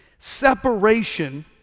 separation